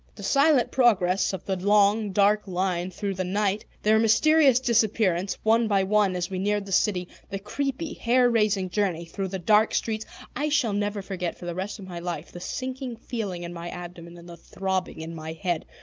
the silent progress of the long, dark line through the night, their mysterious disappearance, one by one, as we neared the city, the creepy, hair-raising journey through the dark streets i shall never forget for the rest of my life the sinking feeling in my abdomen and the throbbing in my head.